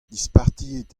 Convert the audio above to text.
dispartiet